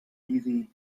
easy